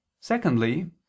secondly